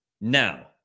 Now